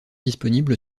disponible